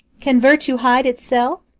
can virtue hide itself?